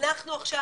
אנחנו עכשיו,